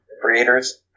creators